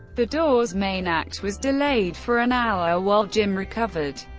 the doors' main act was delayed for an hour while jim recovered,